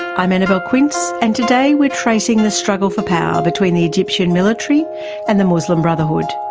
i'm annabelle quince, and today we're tracing the struggle for power between the egyptian military and the muslim brotherhood.